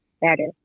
better